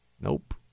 Nope